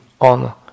on